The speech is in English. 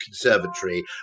conservatory